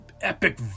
epic